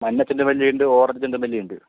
മഞ്ഞച്ചെണ്ടുമല്ലിയുണ്ട് orange ചെണ്ടുമല്ലിയുണ്ട്